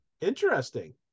interesting